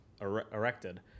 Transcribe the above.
erected